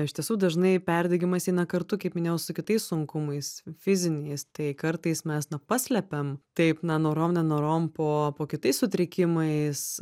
iš tiesų dažnai perdegimas eina kartu kaip minėjau su kitais sunkumais fiziniais tai kartais mes na paslepiam taip na norom nenorom po po kitais sutrikimais